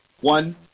one